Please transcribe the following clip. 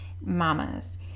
Mamas